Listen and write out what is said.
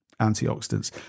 antioxidants